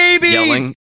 Yelling